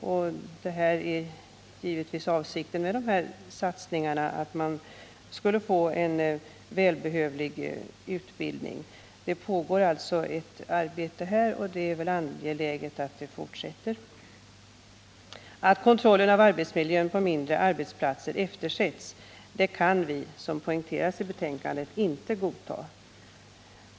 Avsikten med dessa satsningar är naturligtvis att man skall få en välbehövlig utbildning. Här pågår alltså ett arbete, och det är angeläget att det fortsätter. Att kontrollen av arbetsmiljön på mindre arbetsplatser eftersätts kan vi, som poängteras i betänkandet, inte godta.